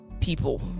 people